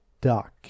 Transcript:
duck